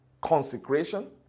Consecration